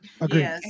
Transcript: Agreed